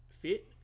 fit